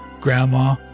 grandma